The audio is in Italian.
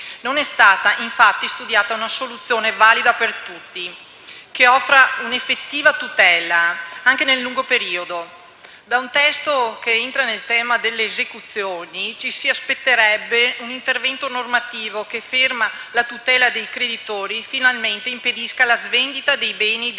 Non è stata, infatti, studiata una soluzione valida per tutti, che offra un'effettiva tutela, anche nel lungo periodo. Da un testo che entra nei tema delle esecuzioni ci si aspetterebbe un intervento normativo che, ferma la tutela dei creditori, finalmente impedisca la svendita dei beni degli